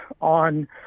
on